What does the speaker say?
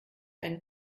einen